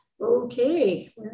Okay